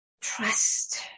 Trust